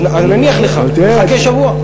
אז נניח לך ונחכה שבוע.